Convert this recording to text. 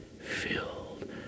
filled